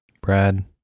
Brad